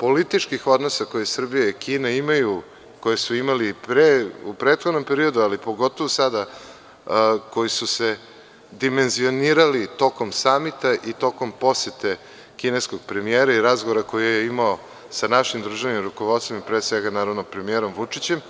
političkih odnosa koje Srbija i Kina imaju, koje su imali i u prethodnom periodu, ali pogotovu sada koji su se dimenzionirali tokom Samita i tokom posete kineskog premijera i razgovora koji je imao sa našim državnim rukovodstvom, pre svega, naravno, premijerom Vučićem.